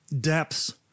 Depths